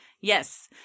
Yes